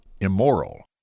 immoral